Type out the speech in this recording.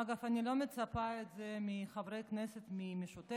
אגב, אני לא מצפה את זה מחברי כנסת מהמשותפת,